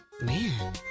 Man